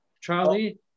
Charlie